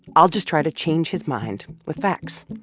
i'll just try to change his mind with facts.